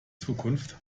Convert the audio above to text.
zukunft